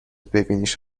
ببینیش